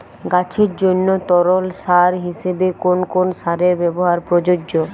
গাছের জন্য তরল সার হিসেবে কোন কোন সারের ব্যাবহার প্রযোজ্য?